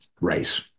race